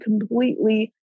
completely